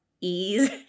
ease